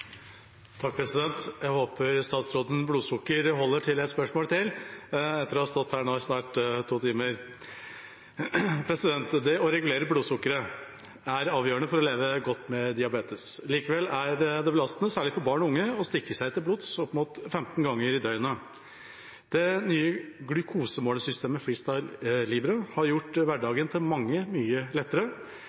til etter at han har stått her i snart to timer: «Å regulere blodsukkeret er avgjørende for å leve godt med diabetes. Likevel er det belastende – særlig for barn og unge – å stikke seg til blods opp mot 15 ganger i døgnet. Det nye glukosemålesystemet Freestyle Libre har gjort hverdagen til mange mye lettere,